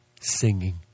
singing